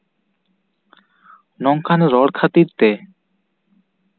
ᱱᱚᱝᱠᱟᱱ ᱨᱚᱲ ᱠᱷᱟᱹᱛᱤᱨ ᱛᱮ